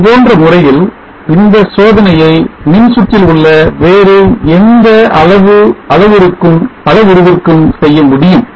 இதேபோன்ற முறையில் இந்த சோதனையை மின்சுற்றில் உள்ள வேறு எந்த அளவு அளவுருவிற்கும் செய்ய முடியும்